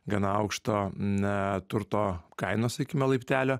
gana aukšto na turto kainos sakykime laiptelio